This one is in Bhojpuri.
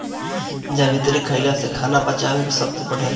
जावित्री खईला से खाना पचावे के शक्ति बढ़ेला